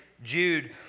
Jude